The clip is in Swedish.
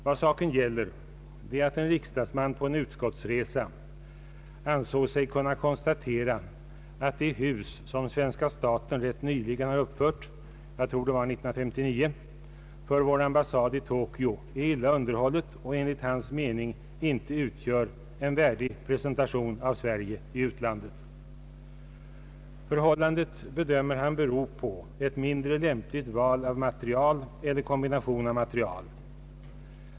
Vad saken gäller är att en riksdagsman på en utskottsresa ansåg sig kunna konstatera att det hus som svenska staten rätt nyligen uppfört — jag tror det var 1959 — för vår ambassad i Tokyo är illa underhållet och enligt hans mening inte utgör en värdig presentation av Sverige i utlandet. Han bedömer att detta förhållande beror på ett mindre lämpligt val av material eller kombination av material.